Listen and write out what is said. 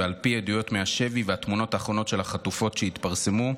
"ועל פי העדויות מהשבי והתמונות האחרונות של החטופות שהתפרסמו,